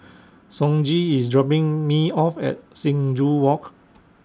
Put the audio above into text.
Sonji IS dropping Me off At Sing Joo Walk